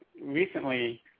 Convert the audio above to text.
recently